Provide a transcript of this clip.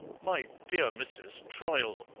my dear mrs. troyle,